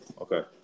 Okay